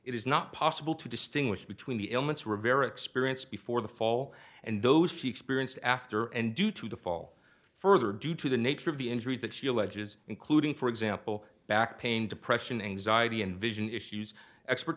it is not possible to distinguish between the elements rivera experience before the fall and those she experienced after and due to the fall further due to the nature of the injuries that she alleges including for example back pain depression anxiety and vision issues expert